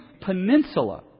Peninsula